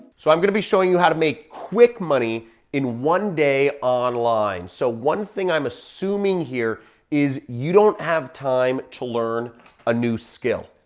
so i'm gonna be showing you how to make quick money in one day online. so one thing i'm assuming here is you don't have time to learn a new skill.